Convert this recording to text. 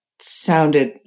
sounded